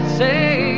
say